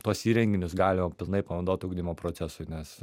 tuos įrenginius galima pilnai panaudot ugdymo procesui nes